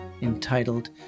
entitled